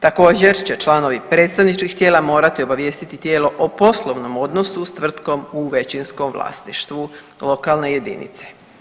Također će članovi predstavničkih tijela morati obavijestiti tijelo o poslovnom odnosu s tvrtkom u većinskom vlasništvu lokalne jedinice.